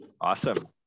Awesome